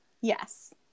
Yes